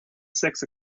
six